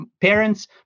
parents